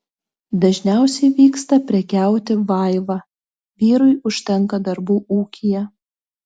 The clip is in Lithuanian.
dažniausiai vyksta prekiauti vaiva vyrui užtenka darbų ūkyje